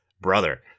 brother